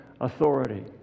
authority